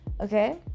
Okay